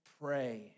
pray